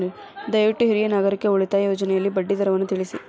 ದಯವಿಟ್ಟು ಹಿರಿಯ ನಾಗರಿಕರ ಉಳಿತಾಯ ಯೋಜನೆಯ ಬಡ್ಡಿ ದರವನ್ನು ತಿಳಿಸಿ